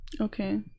Okay